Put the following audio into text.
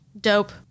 Dope